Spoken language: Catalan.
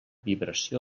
vibració